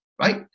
right